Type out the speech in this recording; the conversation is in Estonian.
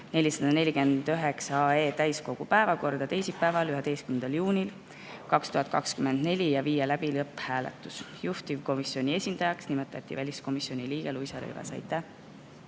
449 täiskogu päevakorda teisipäeval, 11. juunil 2024 ja viia läbi lõpphääletus. Juhtivkomisjoni esindajaks nimetati väliskomisjoni liige Luisa Rõivas. Aitäh!